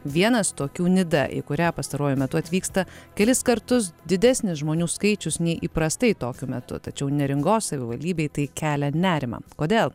vienas tokių nidą į kurią pastaruoju metu atvyksta kelis kartus didesnis žmonių skaičius nei įprastai tokiu metu tačiau neringos savivaldybei tai kelia nerimą kodėl